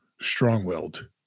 strong-willed